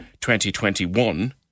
2021